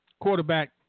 Quarterback